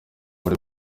muri